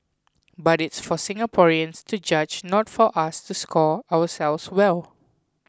but it's for Singaporeans to judge not for us to score ourselves well